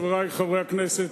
חברי חברי הכנסת,